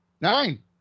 Nine